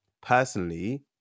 Personally